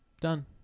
Done